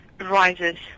rises